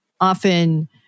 often